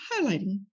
highlighting